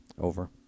Over